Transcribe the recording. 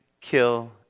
kill